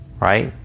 Right